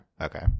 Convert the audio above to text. okay